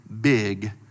big